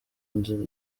nzira